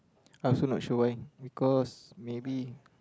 I feel like should I because maybe